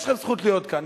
יש לכם זכות להיות כאן.